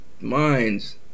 Minds